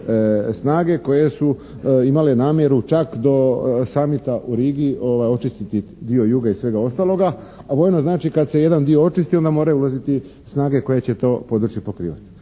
snage koje su imale namjeru čak do summita u Rigi očistiti dio juga i svega ostaloga, a vojno znači kad se jedan dio očisti onda moraju uvoziti snage koje će to područje pokrivati.